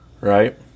Right